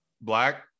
black